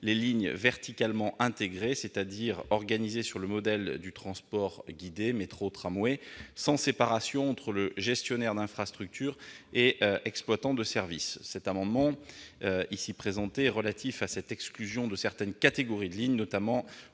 des lignes « verticalement intégrées », c'est-à-dire organisées sur le modèle du transport guidé- métro, tramway -sans séparation entre le gestionnaire d'infrastructure et l'exploitant de service. Le présent amendement est relatif à cette exclusion de certaines catégories de lignes, notamment